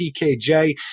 PKJ